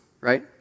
right